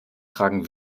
tragen